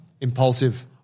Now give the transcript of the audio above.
Impulsive